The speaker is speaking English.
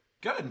Good